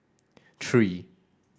three